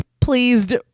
pleased